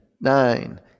nine